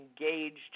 engaged